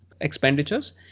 expenditures